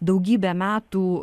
daugybę metų